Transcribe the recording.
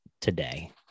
today